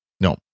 No